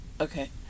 okay